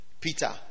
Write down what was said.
Peter